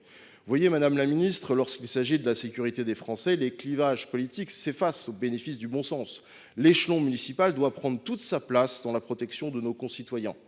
Vous le voyez, madame la ministre, lorsqu’il s’agit de la sécurité des Français, les clivages s’effacent au bénéfice du bon sens : l’échelon municipal doit prendre toute sa place dans la protection de nos concitoyens.